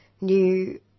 new